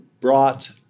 brought